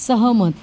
सहमत